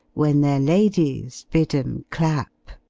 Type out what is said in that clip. when their ladies bid em clap.